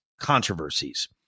controversies